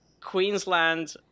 Queensland